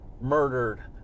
murdered